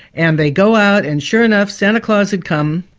and they go out, and sure enough santa claus had come,